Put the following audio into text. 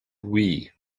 wii